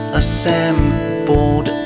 assembled